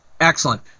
excellent